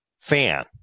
fan